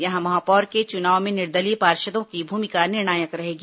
यहां महापौर के चुनाव में निर्दलीय पार्षदों की भूमिका निर्णायक रहेगी